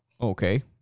okay